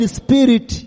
spirit